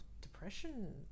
depression